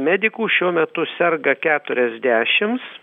medikų šiuo metu serga keturiasdešims